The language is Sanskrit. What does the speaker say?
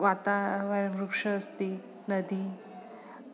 वातावरणं वृक्षः अस्ति नदी